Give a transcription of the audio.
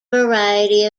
variety